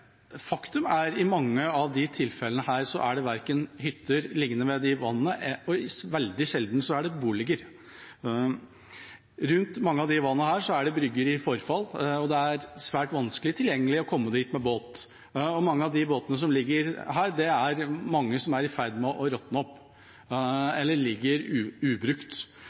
faktum er at i mange av disse tilfellene ligger det ikke hytter ved de vannene og veldig sjelden boliger. Rundt mange av vannene er det brygger i forfall, og de er svært vanskelig tilgjengelig med båt. Mange av båtene som ligger der, er i ferd med å råtne opp eller ligger ubrukt,